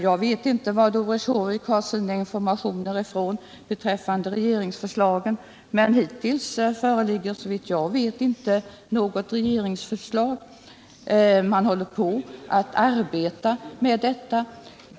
Jag vet inte varifrån Doris Håvik har sina informationer beträffande regeringsförslagen, men hittills föreligger såvitt jag vet inte något sådant. Man håller på att arbeta med detta.